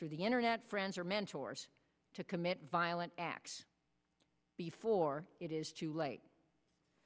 through the internet friends or mentors to commit violent acts before or it is too late